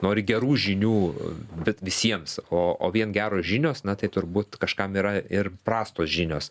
nori gerų žinių bet visiems o o vien geros žinios na tai turbūt kažkam yra ir prastos žinios